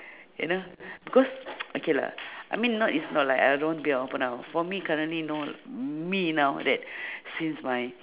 you know because okay lah I mean now is not like I don't want to be open now for me currently no me now that since my